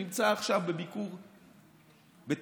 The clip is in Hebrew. שנמצא עכשיו בביקור בטורקיה,